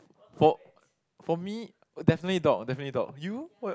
for for me definitely dog definitely dog you what